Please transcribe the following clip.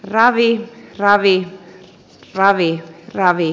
ravi kc ravi ravi kc ravi